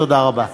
תודה רבה.